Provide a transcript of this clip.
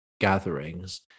gatherings